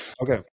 Okay